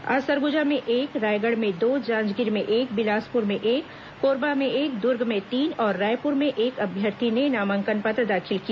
आज सरगुजा में एक रायगढ़ में दो जांजगीर में एक बिलासपुर में एक कोरबा में एक दुर्ग में तीन और रायपुर में एक अभ्यर्थी ने नामांकन पत्र दाखिल किया